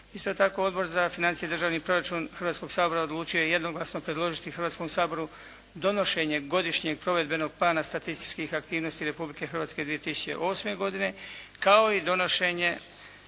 Isto tako Odbor za financije i državni proračun Hrvatskog sabora odlučio je jednoglasno predložiti Hrvatskom saboru donošenje godišnjeg provedbenog plana statističkih aktivnosti Republike Hrvatske 2008. godine kao i donošenje